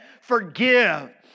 Forgive